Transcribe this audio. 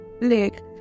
leg